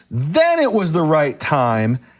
then it was the right time,